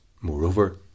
Moreover